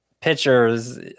pitchers